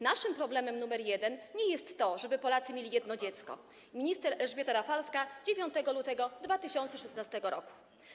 Naszym problemem numer jeden nie jest to, żeby Polacy mieli jedno dziecko - minister Elżbieta Rafalska, 9 lutego 2016 r.